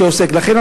לכן,